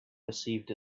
perceived